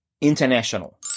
International